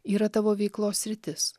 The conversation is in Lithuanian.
yra tavo veiklos sritis